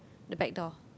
the back door